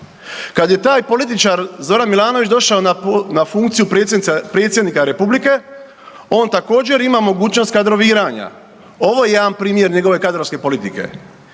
Kad je taj političar Zoran Milanović došao na funkciju predsjednika republike on također ima mogućnost kadroviranja. Ovo je jedan primjer njegove kadrovske politike.